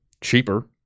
cheaper